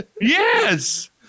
Yes